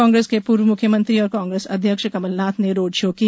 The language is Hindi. कांग्रेस के पूर्व मुख्यमंत्री और कांग्रेस अध्यक्ष कमलनाथ ने रोड शो किया